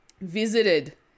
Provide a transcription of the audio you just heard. visited